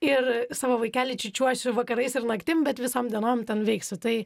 ir savo vaikelį čiūčiuosiu vakarais ir naktim bet visom dienom ten veiksiu tai